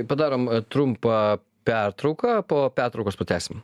padarom a trumpą pertrauką po pertraukos pratęsim